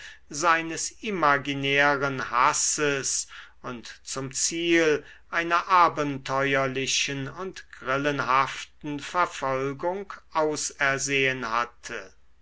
seines imaginären hasses und zum ziel einer abenteuerlichen und grillenhaften verfolgung ausersehn hatte